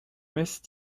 messe